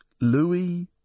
Louis